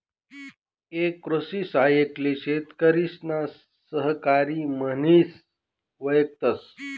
एक कृषि सहाय्यक ले शेतकरिसना सहकारी म्हनिस वयकतस